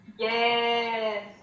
Yes